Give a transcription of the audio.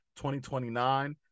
2029